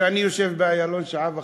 זה שאני יושב באיילון שעה וחצי,